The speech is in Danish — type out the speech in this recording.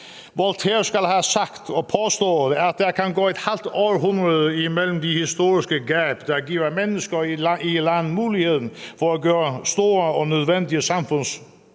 Voltaire skal have sagt og påstået, at der kan gå et halvt århundrede imellem de historiske gab, der giver mennesker i et land muligheden for at foretage store og nødvendige samfundsforandringer.